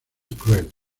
cruel